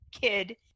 kid